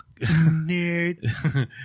nerd